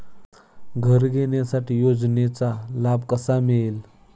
घर घेण्यासाठी योजनेचा लाभ कसा मिळेल?